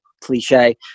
cliche